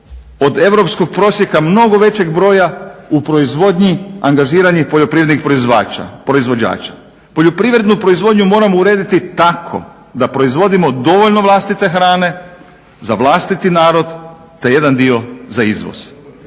od europskog prosjeka mnogo većeg broja u proizvodnji angažiranih poljoprivrednih proizvođača. Poljoprivrednu proizvodnju moramo urediti tako da proizvodimo dovoljno vlastite hrane za vlastiti narod te jedan dio za izvoz.